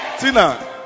Tina